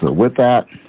but with that